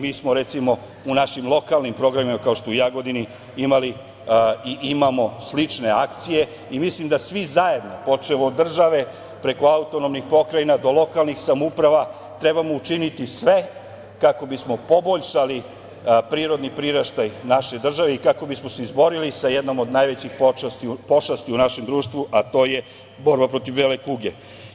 Mi smo recimo u našim lokalnim programima u Jagodini imali i imamo slične akcije i mislim da svi zajedno, počev od države preko autonomnih pokrajina do lokalnih samouprava treba da učinimo sve kako bismo poboljšali prirodni priraštaj naše države i kako bismo se izborili sa jednom od najvećih pošasti u našem društvu, a to je borba protiv bele kuge.